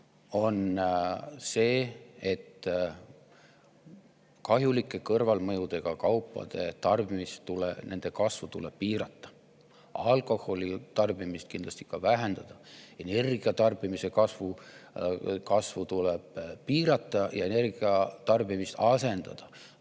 on see, et kahjulike kõrvalmõjudega kaupade tarbimise kasvu tuleb piirata: alkoholi tarbimist tuleb vähendada, energia tarbimise kasvu tuleb piirata ja energia tarbimisel